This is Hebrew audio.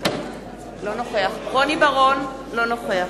דניאל בן-סימון, אינו נוכח רוני בר-און, אינו נוכח